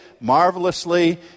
marvelously